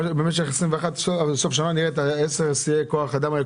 שבסוף שנה נראה את 10 שיאי כוח האדם האלה,